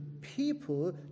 people